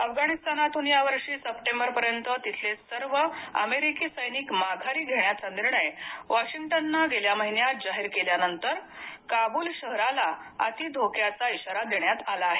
अफगाणिस्तानातून यावर्षी सप्टेंबरपर्यंत तिथले सर्व अमेरिकी सैनिक माघारी घेण्याचा निर्णय वॉशिंग्टननं गेल्या महिन्यात जाहीर केल्यानंतर काबुल शहराला अति धोक्याचा इशारा देण्यात आला आहे